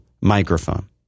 microphone